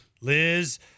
Liz